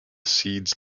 seeds